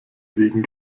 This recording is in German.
wegen